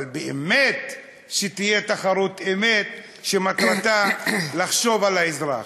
אבל באמת שתהיה תחרות אמת שמטרתה לחשוב על האזרח.